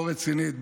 לא רצינית,